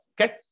Okay